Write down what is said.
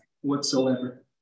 whatsoever